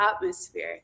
atmosphere